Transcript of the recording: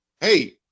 Hey